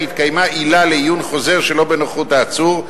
התקיימה עילה לעיון חוזר שלא בנוכחות העצור.